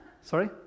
Sorry